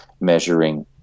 measuring